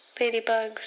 ladybugs